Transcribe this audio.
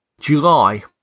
July